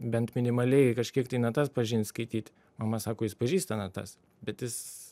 bent minimaliai kažkiek tai natas pažint skaityt mama sako jis pažįsta natas bet jis